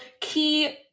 key